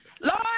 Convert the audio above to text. Lord